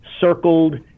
circled